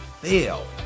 fail